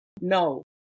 No